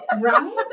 right